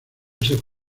hacerse